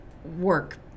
work